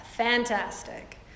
Fantastic